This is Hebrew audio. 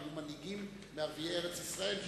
היו מנהיגים מערביי ארץ-ישראל שסייעו.